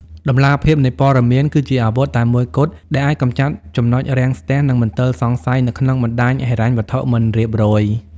តម្លាភាពនៃព័ត៌មាន គឺជាអាវុធតែមួយគត់ដែលអាចកម្ចាត់ចំណុចរាំងស្ទះ និងមន្ទិលសង្ស័យនៅក្នុងបណ្តាញហិរញ្ញវត្ថុមិនរៀបរយ។